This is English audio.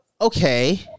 Okay